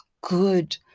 good